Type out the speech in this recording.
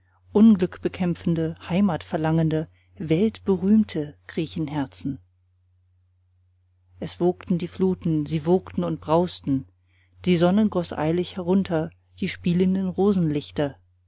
griechenherzen unglückbekämpfende heimatverlangende weltberühmte griechenherzen es wogten die fluten sie wogten und brausten die sonne goß eilig herunter die spielenden